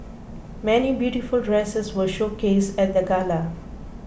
many beautiful dresses were showcased at the gala